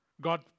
God